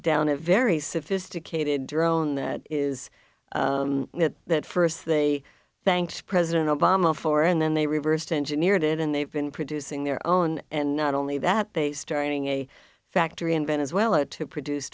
down a very sophisticated drone that is that first they thanked president obama for and then they reversed engineered it and they've been producing their own and not only that they starting a factory in venezuela to produce